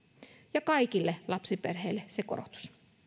ja antaa kaikille lapsiperheille se korotus